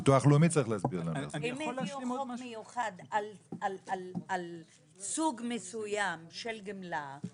אם הביאו חוק מיוחד על סוג מסוים של גמלה,